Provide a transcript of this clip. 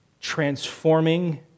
transforming